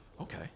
okay